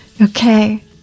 Okay